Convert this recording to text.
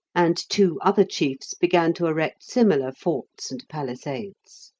and two other chiefs began to erect similar forts and palisades.